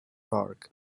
park